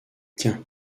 tiens